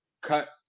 cut